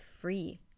free